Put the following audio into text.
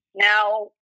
Now